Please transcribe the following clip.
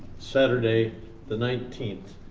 saturday the nineteenth.